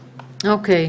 אגב,